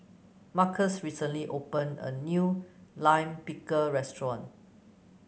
Marcus recently opened a new Lime Pickle restaurant